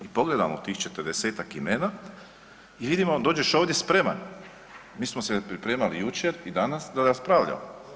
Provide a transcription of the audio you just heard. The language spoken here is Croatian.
I pogledam tih 40-tak imena i vidimo, dođeš ovdje spreman, mi smo se pripremali i jučer i danas da raspravljamo.